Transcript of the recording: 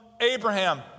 Abraham